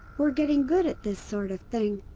we're getting good at this sort of thing.